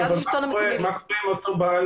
אבל מה קורה אם אותו בעל